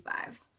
five